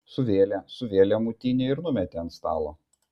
suvėlė suvėlė mutinį ir numetė ant stalo